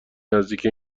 نزدیک